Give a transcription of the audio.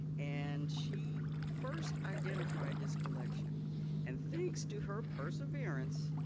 and she first identified this collection and thanks to her perseverance,